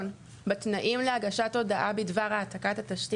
(1), בתנאים להגשת הודעה בדבר העתקת התשתית.